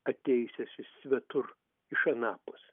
atėjusias iš svetur iš anapus